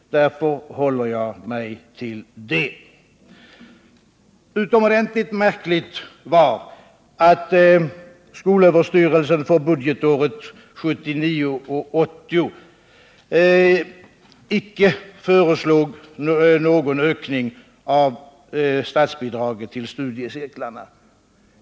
Därför håller jag mig till det. Det var utomordentligt märkligt att skolöverstyrelsen för budgetåret 1979/ 80 icke föreslog någon ökning av statsbidraget till studiecirklarna.